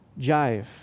jive